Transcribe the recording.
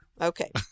Okay